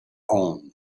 own